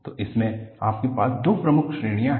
तो इसमें आपके पास दो मुख्य श्रेणियां हैं